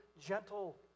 gentle